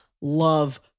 love